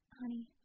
honey